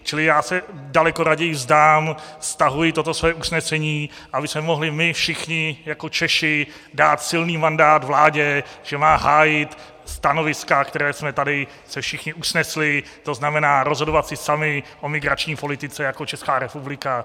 Čili já se daleko raději vzdám, stahuji toto své usnesení, abychom mohli my všichni jako Češi dát silný mandát vládě, že má hájit stanoviska, na kterých jsme se tady všichni usnesli, to znamená rozhodovat si sami o migrační politice jako Česká republika.